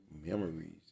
memories